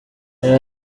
yari